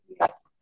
yes